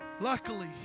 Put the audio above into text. Luckily